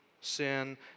sin